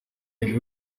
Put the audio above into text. intego